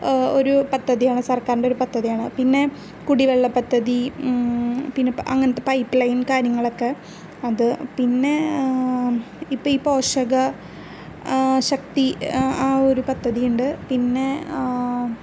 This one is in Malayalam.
ഒരു പദ്ധതിയാണ് സർക്കാരിൻ്റെ ഒരു പദ്ധതിയാണ് പിന്നെ കുടിവെള്ളപദ്ധതി പിന്നെ അങ്ങനത്ത പൈപ്പ് ലൈൻ കാര്യങ്ങളൊക്കെ അത് പിന്നെ ഇപ്പോൾ ഇപ്പോൾ ഔഷക ശക്തി ആ ഒരു പദ്ധതി ഉണ്ട് പിന്നെ